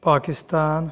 Pakistan